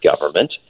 government